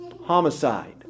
homicide